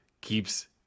keeps